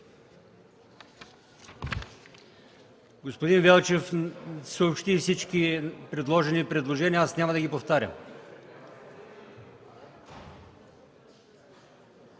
Господин Велчев съобщи всички направени предложения, аз няма да ги повтарям.